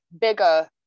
bigger